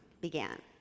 began